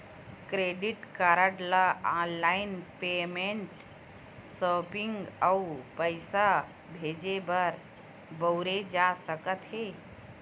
credit card ल online payment, shopping अउ पइसा भेजे बर बउरे जा सकत हे